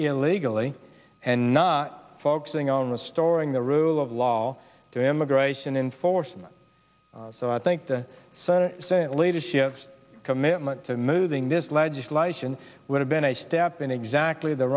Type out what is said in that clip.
illegally and not focusing on restoring the rule of law to immigration enforcement so i think the senate senate leadership's commitment to moving this legislation would have been a step in exactly the